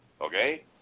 Okay